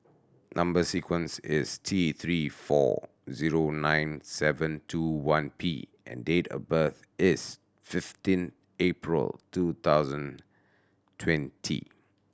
number sequence is T Three four zero nine seven two one P and date of birth is fifteen April two thousand twenty